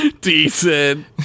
Decent